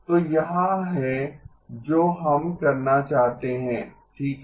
तो यहां है जो हम करना चाहते हैं ठीक है